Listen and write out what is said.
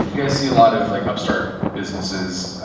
guys see a lot of like upstart businesses,